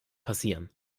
passieren